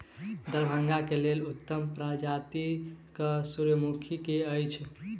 दरभंगा केँ लेल उत्तम प्रजाति केँ सूर्यमुखी केँ अछि?